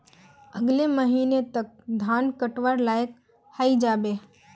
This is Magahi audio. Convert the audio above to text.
अगले महीने तक धान कटवार लायक हई जा बे